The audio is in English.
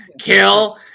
kill